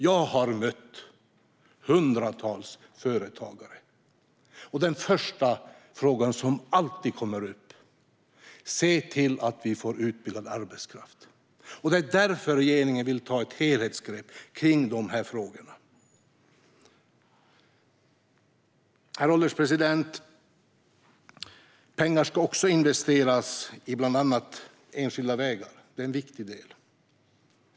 Jag har mött hundratals företagare. Den första fråga som kommer upp när man möter företagare är alltid: Se till att vi får utbildad arbetskraft! Det är därför regeringen vill ta ett helhetsgrepp om de här frågorna. Herr ålderspresident! Pengar ska också investeras i bland annat enskilda vägar. Det är en viktig del.